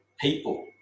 people